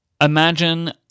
imagine